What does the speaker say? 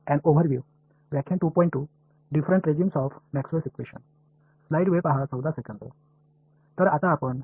எனவே இப்போது வேறுபட்ட ரெஜிம்ஸ் என்று அழைக்கப்படுவதை பற்றி நாம் பார்ப்போம்